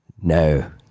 no